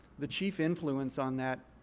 the chief influence on that